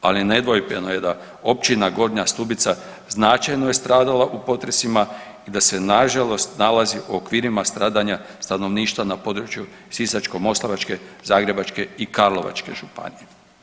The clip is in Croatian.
Ali nedvojbeno je da općina Gornja Stubica značajno je stradala u potresima i da se nažalost nalazi u okvirima stradanja stanovništva na području Sisačko-moslavačke, Zagrebačke i Karlovačke županije.